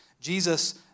Jesus